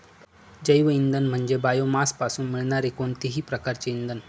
जैवइंधन म्हणजे बायोमासपासून मिळणारे कोणतेही प्रकारचे इंधन